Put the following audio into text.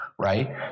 right